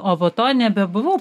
o po to nebebuvau